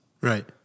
Right